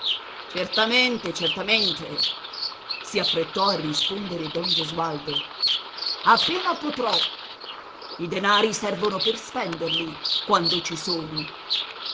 certamente certamente si affrettò a rispondere don gesualdo appena potrò i denari servono per spenderli quando ci sono